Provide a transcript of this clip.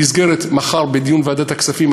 במסגרת דיון ועדת הכספים,